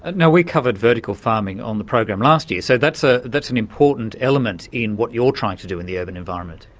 and now we covered vertical farming on the program last year, so that's ah that's an important element in what you're trying to do in the urban environment.